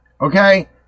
Okay